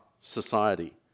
society